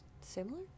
Similar